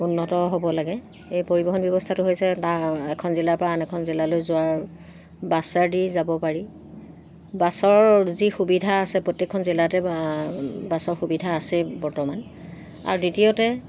উন্নত হ'ব লাগে এই পৰিৱহণ ব্যৱস্থাটো হৈছে তাৰ এখন জিলাৰ পৰা আন এখন জিলালৈ যোৱাৰ বাছেৰে দি যাব পাৰি বাছৰ যি সুবিধা আছে প্ৰত্যেকখন জিলাতে বাছৰ সুবিধা আছেই বৰ্তমান আৰু দ্বিতীয়তে